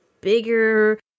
bigger